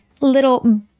little